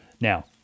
Now